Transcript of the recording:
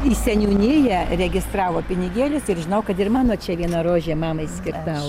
į seniūniją registravo pinigėlius ir žinau kad ir mano čia viena rožė mamai skirta